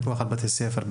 פיקוח על בתי ספר,